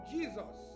Jesus